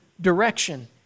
direction